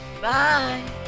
Bye